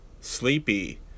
Sleepy